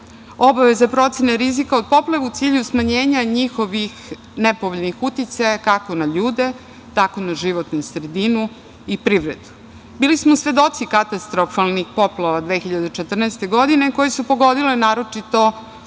obavezne procene rizika od poplava u cilju smanjenja njihovih nepovoljnih uticaja, kako na ljude, tako na životnu sredinu i privredu. Bili smo svedoci katastrofalnih poplava 2014. godine koje su pogodile naročito